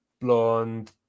blonde